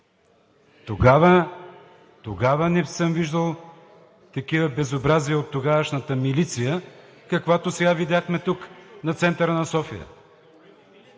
Тогава не съм виждал такива безобразия от тогавашната милиция, каквото сега видяхме тук на центъра на София.